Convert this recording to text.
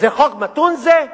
זה חוק מתון, זה?